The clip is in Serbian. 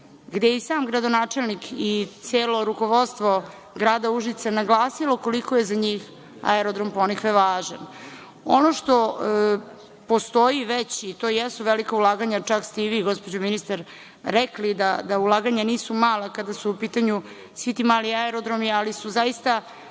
je i sam gradonačelnik i celo rukovodstvo grada Užica naglasilo koliko je za njih aerodrom „Ponikve“ važan. Ono što postoji već i to jesu velika ulaganja, čak ste i vi, gospođo ministre, rekli da ulaganja nisu mala kada su u pitanju svi ti mali aerodromi, ali su zaista